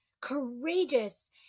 courageous